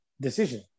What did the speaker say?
decision